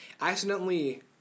accidentally